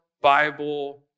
Bible